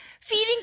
feeling